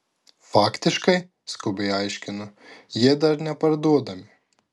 faktiškai skubiai aiškinu jie dar neparduodami